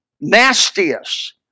nastiest